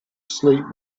sleep